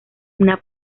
una